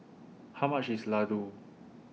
How much IS Ladoo